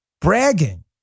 bragging